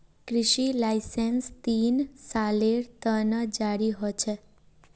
कृषि लाइसेंस तीन सालेर त न जारी ह छेक